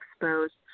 exposed